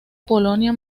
polonia